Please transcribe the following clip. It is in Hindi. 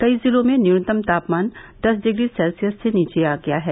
कई जिलों में न्यूनतम तापमान दस डिग्री सेल्सियस से नीचे आ गया है